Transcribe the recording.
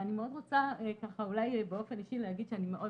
אני מאוד רוצה באופן אישי להגיד שאני מאוד